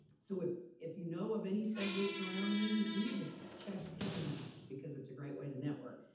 so if, if you know of any subgroups around you, you need to check, check them out because it's a great way to network.